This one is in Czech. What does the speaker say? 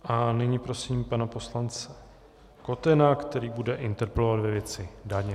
A nyní prosím pana poslance Kotena, který bude interpelovat ve věci daně.